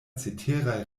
ceteraj